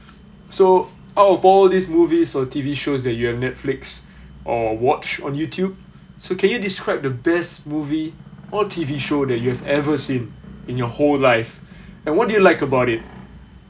so out of all these movies or T_V shows that you've netflix or watch on youtube so can you describe the best movie or T_V show that you have ever seen in your whole life and what do you like about it